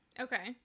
Okay